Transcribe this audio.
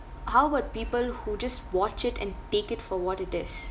how about people who just watch it and take it for what it is